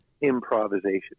improvisation